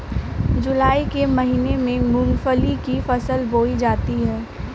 जूलाई के महीने में मूंगफली की फसल बोई जाती है